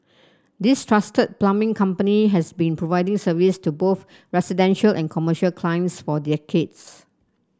this trusted plumbing company has been providing service to both residential and commercial clients for decades